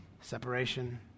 separation